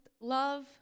love